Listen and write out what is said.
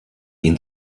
ihn